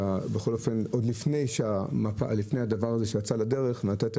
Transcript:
עוד לפני הדבר הזה שיצא לדרך יכולתם